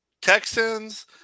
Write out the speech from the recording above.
Texans